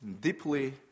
deeply